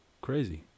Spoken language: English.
crazy